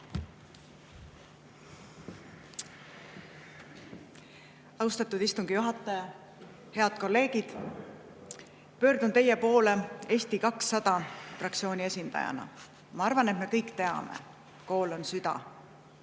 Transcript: Austatud istungi juhataja! Head kolleegid! Pöördun teie poole Eesti 200 fraktsiooni esindajana. Ma arvan, et me kõik teame: kool on süda,